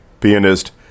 pianist